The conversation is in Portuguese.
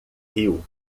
riu